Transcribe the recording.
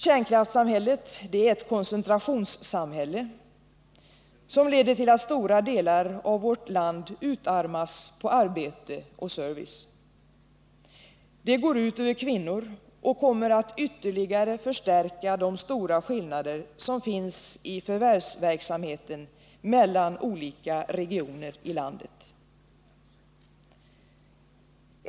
Kärnkraftssamhället är ett koncentrationssamhälle som leder till att stora delar av vårt land utarmas på arbete och service. Detta går ut över kvinnorna och kommer att ytterligare förstärka de stora skillnader som finns i förvärvsverksamhet mellan olika regioner i landet.